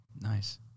Nice